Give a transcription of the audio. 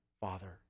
Father